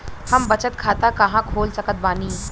हम बचत खाता कहां खोल सकत बानी?